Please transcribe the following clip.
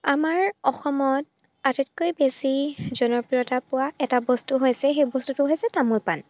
আমাৰ অসমত আটাইতকৈ বেছি জনপ্ৰিয়তা পোৱা এটা বস্তু হৈছে সেই বস্তুটো হৈছে তামোল পাণ